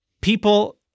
people